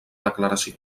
declaració